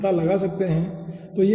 हम पता लगा सकते हैं ठीक है